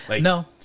No